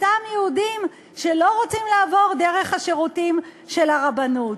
סתם יהודים שלא רוצים לעבור דרך השירותים של הרבנות?